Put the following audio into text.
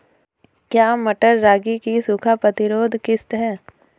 क्या मटर रागी की सूखा प्रतिरोध किश्त है?